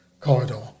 corridor